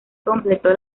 completó